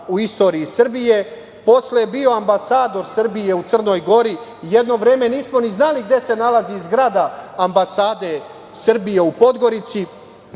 u istoriji Srbije, posle je bio ambasador Srbije u Crnoj Gori. Jedno vreme nismo ni znali gde se nalazi zgrada ambasade Srbije u Podgorici,